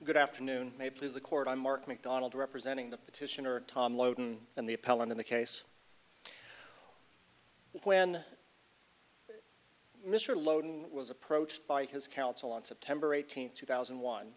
good afternoon may please the court i'm mark macdonald representing the petitioner tom lowden and the appellant in the case when mr logan was approached by his counsel on september eighteenth two thousand